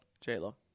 J-Lo